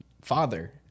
Father